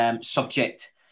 subject